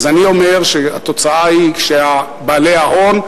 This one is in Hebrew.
אז אני אומר שהתוצאה היא שבעלי ההון,